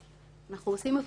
אנחנו עושים הבחנה.